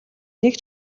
нэг